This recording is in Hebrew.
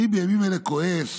אני בימים האלה כועס